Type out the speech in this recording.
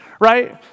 right